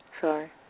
Sorry